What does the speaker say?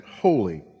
holy